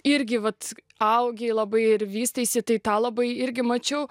irgi vat augi labai ir vysteisi tai tą labai irgi mačiau